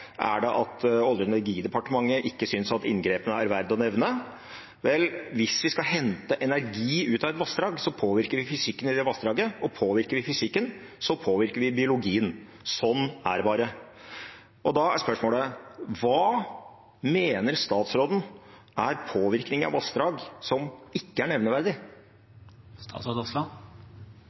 Er det at olje- og energidepartementet ikke syns at inngrepene er verdt å nevne? Vel, hvis vi skal hente energi ut av et vassdrag, så påvirker vi fysikken i det vassdraget, og påvirker vi fysikken, så påvirker vi biologien. Sånn er det bare. Da er spørsmålet: Hva mener statsråden er påvirkning av vassdrag som ikke er nevneverdig?